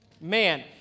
Man